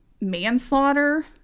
manslaughter